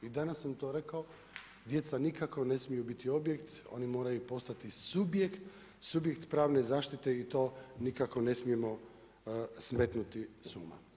I danas sam to rekao, djeca nikako ne smiju biti objekt, oni moraju postati subjekt pravne zaštite i to nikako ne smijemo smetnuti sa uma.